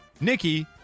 Nikki